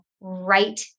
right